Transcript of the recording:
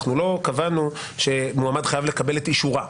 אנחנו לא קבענו שמועמד חייב לקבל את אישורה.